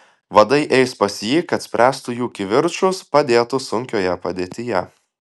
vadai eis pas jį kad spręstų jų kivirčus padėtų sunkioje padėtyje